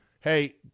hey